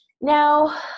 now